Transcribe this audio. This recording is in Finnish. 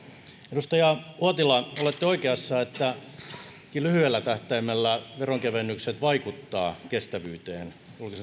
edustaja uotila olette oikeassa että ainakin lyhyellä tähtäimellä veronkevennykset vaikuttavat kestävyyteen julkisen talouden